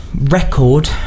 Record